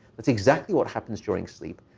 it's exactly what happens during sleep.